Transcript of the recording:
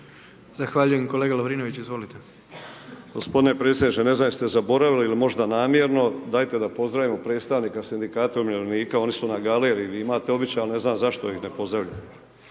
Ivan (Promijenimo Hrvatsku)** G. predsjedniče ne znam jeste li zaboravili ili možda namjerno dajte da pozdravimo predstavnika sindikata umirovljenika, oni su na galeriji, vi imate običan, ne znam zašto ih ne pozdravimo.